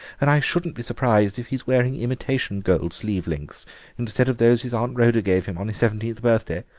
and i shouldn't be surprised if he's wearing imitation gold sleeve links instead of those his aunt rhoda gave him on his seventeenth birthday.